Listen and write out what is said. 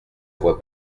voix